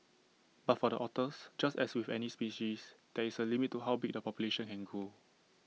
but for the otters just as with any species there is A limit to how big the population can grow